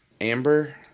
Amber